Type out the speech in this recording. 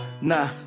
Nah